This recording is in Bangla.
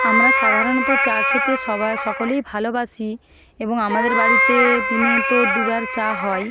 আমরা সাধারণত চা খেতে সবা সকলেই ভালোবাসি এবং আমাদের বাড়িতে দিনে তো দুবার চা হয়ই